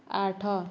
ଆଠ